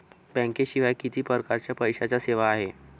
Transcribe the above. बँकेशिवाय किती परकारच्या पैशांच्या सेवा हाय?